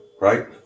right